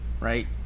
right